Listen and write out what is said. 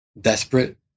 desperate